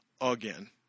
again